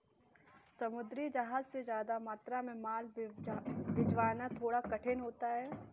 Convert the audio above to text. समुद्री जहाज से ज्यादा मात्रा में माल भिजवाना थोड़ा कठिन होता है